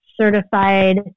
certified